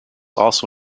also